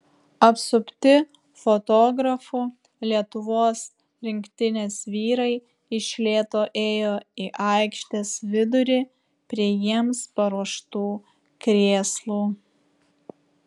apsupti fotografų lietuvos rinktinės vyrai iš lėto ėjo į aikštės vidurį prie jiems paruoštų krėslų